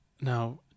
Now